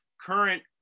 current